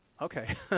Okay